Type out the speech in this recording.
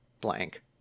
blank